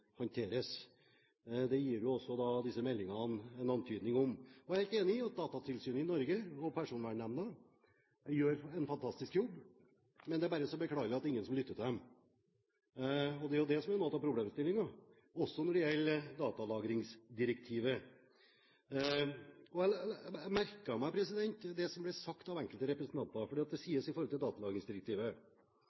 håndteres. Det gir også disse meldingene en antydning om. Jeg er helt enig i at Datatilsynet i Norge og Personvernnemnda gjør en fantastisk jobb, men det er bare så beklagelig at ingen lytter til dem. Det er det som er noe av problemstillingen, også når det gjelder datalagringsdirektivet. Jeg merket meg det som ble sagt av enkelte representanter når det gjelder datalagringsdirektivet: På et eller annet tidspunkt gjør folk en feil, og da er det viktig at